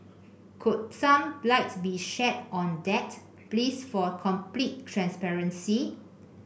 could some lights be shed on that please for complete transparency